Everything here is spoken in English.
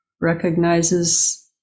recognizes